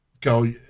go